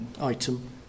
item